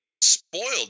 spoiled